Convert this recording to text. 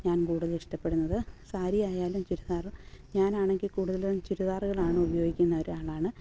ഞാൻ കൂടുതൽ ഇഷ്ടപ്പെടുന്നത് സാരിയായാലും ചുരിദാർ ഞാൻ ആണെങ്കിൽ കൂടുതലും ചുരിദാറുകളാണ് ഉപയോഗിക്കുന്ന ഒരാളാണ്